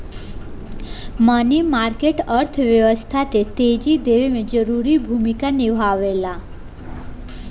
मनी market अर्थव्यवस्था के तेजी देवे में जरूरी भूमिका निभावेला